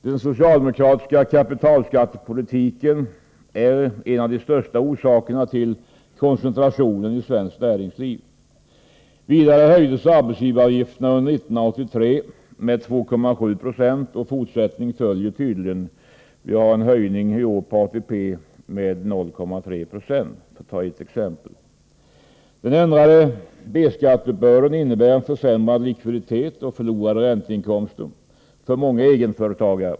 Den socialdemokratiska kapitalskattepolitiken är en av de största orsakerna till koncentrationen i svenskt näringsliv. Vidare höjdes arbetsgivaravgifterna under 1983 med 2,7 procentenheter, och fortsättning följer tydligen. ATP höjs i år med 0,3 procentenheter, för att ta ett exempel. Den ändrade B-skatteuppbörden innebär försämrad likviditet och förlorade ränteinkomster för många egenföretagare.